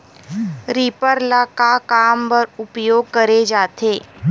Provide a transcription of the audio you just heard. Reaper ल का काम बर उपयोग करे जाथे?